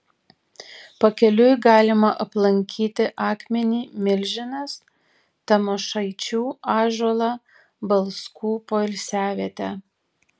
pakeliui galima aplankyti akmenį milžinas tamošaičių ąžuolą balskų poilsiavietę